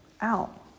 out